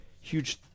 huge